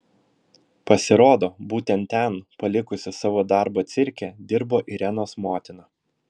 pasirodo būtent ten palikusi savo darbą cirke dirbo irenos motina